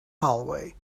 hallway